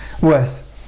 worse